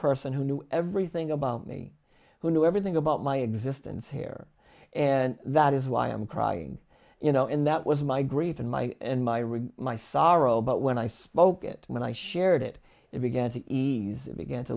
person who knew everything about me who knew everything about my existence here and that is why i'm crying you know and that was my grief and my and my really my sorrow but when i spoke it when i shared it it began to ease began to